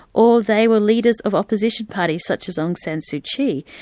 or they were leaders of opposition parties such as aung san suu kyi.